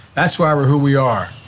that's why we're who we are.